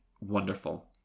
wonderful